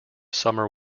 summer